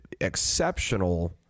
exceptional